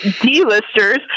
D-listers